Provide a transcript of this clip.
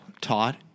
taught